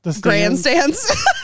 grandstands